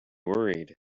worried